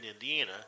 Indiana